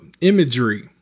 imagery